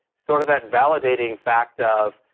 sort of that validating fact of,